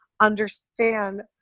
understand